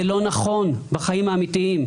זה לא נכון, בחיים האמיתיים.